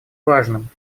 важным